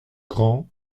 grand